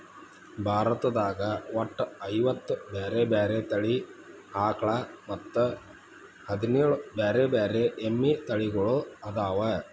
ಭಾರತದಾಗ ಒಟ್ಟ ಐವತ್ತ ಬ್ಯಾರೆ ಬ್ಯಾರೆ ತಳಿ ಆಕಳ ಮತ್ತ್ ಹದಿನೇಳ್ ಬ್ಯಾರೆ ಬ್ಯಾರೆ ಎಮ್ಮಿ ತಳಿಗೊಳ್ಅದಾವ